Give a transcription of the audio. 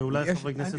ואולי חברי כנסת נוספים?